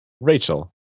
Rachel